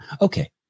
Okay